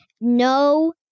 no